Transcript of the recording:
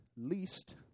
least